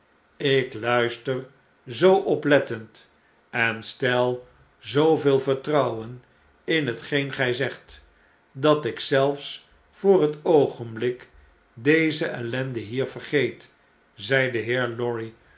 ik luister zoo oplettend en stel zooveel vertrouwen in hetgeen gjj zegt dat ik zelfs voor het oogenblik deze ellende hier vergeet zei de heer lorry